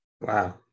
wow